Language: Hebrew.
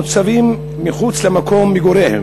המוצבים מחוץ למקום מגוריהם.